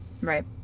Right